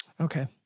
Okay